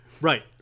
Right